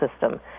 system